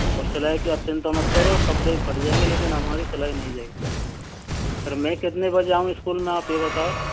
और सिलाई की आप चिंता मत करो कपड़े फट जाएंगे लेकिन हमारी सिलाई नहीं जाएगी और मैं कितने बजे आऊँ स्कूल में आप ये बताओ